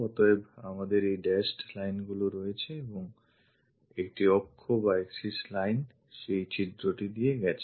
অতএব আমাদের এই dashed line গুলি আছে এবং একটি অক্ষ বা axis line সেই ছিদ্রটি দিয়ে গেছে